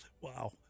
Wow